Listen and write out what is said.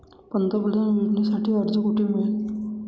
पंतप्रधान योजनेसाठी अर्ज कुठे मिळेल?